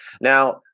Now